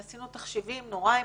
עשינו תחשיבים נורא אימתניים,